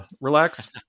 relax